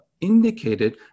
indicated